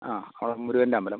ആ അവിടെ മുരുകൻ്റെ അമ്പലം